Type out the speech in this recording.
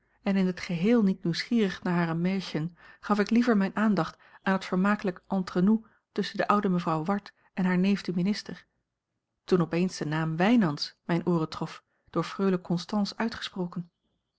en in het geheel niet nieuwsgierig naar hare märchen gaf ik liever mijne aandacht aan het vermakelijk entre nous tusschen de oude mevrouw ward en haar neef den minister toen opeens de naam wijnands mijne ooren trof door freule constance uitgesproken